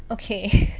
okay